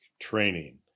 training